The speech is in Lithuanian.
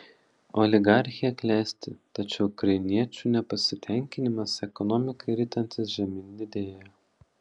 oligarchija klesti tačiau ukrainiečių nepasitenkinimas ekonomikai ritantis žemyn didėja